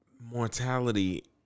mortality